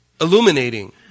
illuminating